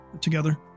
together